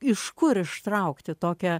iš kur ištraukti tokią